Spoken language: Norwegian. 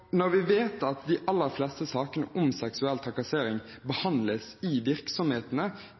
Når vi vet at de aller fleste sakene om seksuell trakassering behandles i virksomhetene,